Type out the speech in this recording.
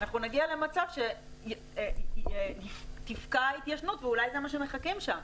נגיע למצב שתפקע ההתיישנות, ואולי לזה מחכים שם.